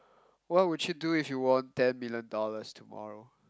what would you do if you won ten million dollars tomorrow